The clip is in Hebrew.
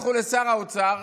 לכו לשר האוצר,